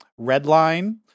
Redline